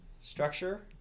structure